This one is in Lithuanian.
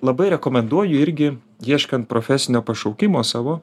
labai rekomenduoju irgi ieškant profesinio pašaukimo savo